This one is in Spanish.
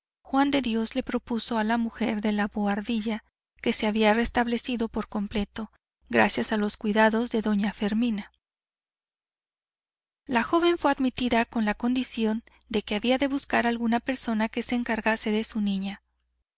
juan de dios le propuso a la mujer de la boardilla que se había restablecido por completo gracias a los cuidados de doña fermina la joven fue admitida con la condición de que había de buscar alguna persona que se encargase de su niña